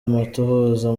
amatohoza